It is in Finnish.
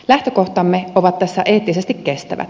lähtökohtamme ovat tässä eettisesti kestävät